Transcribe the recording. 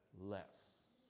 less